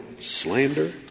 slander